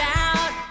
out